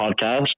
podcast